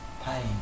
pain